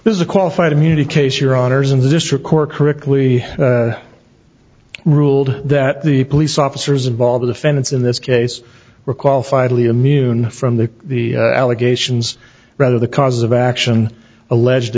is a qualified immunity case your honour's in the district court correctly ruled that the police officers of all the defendants in this case were qualified lee immune from the the allegations rather the cause of action alleged